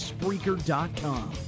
Spreaker.com